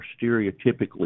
stereotypically